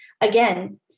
again